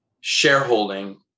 shareholding